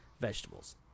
vegetables